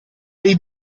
dei